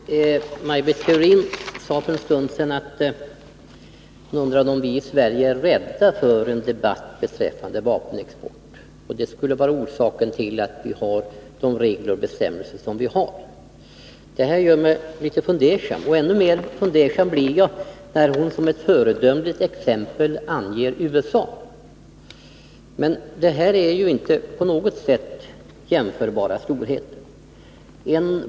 Fru talman! Maj Britt Theorin undrade för en stund sedan om vi i Sverige är rädda för en debatt beträffande vapenexport och om det skulle vara orsaken till att vi har sådana regler och bestämmelser som vi har. Detta gör mig litet fundersam, och ännu mer fundersam blir jag när hon som ett föredömligt exempel anför USA. Det är ju inte på något sätt fråga om jämförbara storheter.